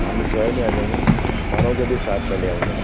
तो हम इस शहर में आ जाएँगे ना मानव को भी साथ में ले आऊँगा